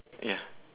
ya